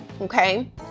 okay